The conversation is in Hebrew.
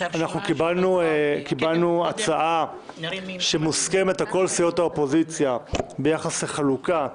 קיבלנו הצעה שמוסכמת על כל סיעות האופוזיציה ביחס לחלוקת